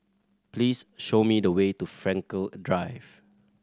please show me the way to Frankel Drive